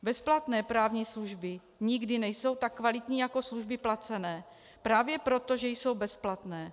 Bezplatné právní služby nikdy nejsou tak kvalitní jako služby placené právě proto, že jsou bezplatné.